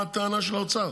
שימו לב מה הטענה של האוצר.